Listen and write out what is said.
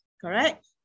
correct